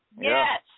Yes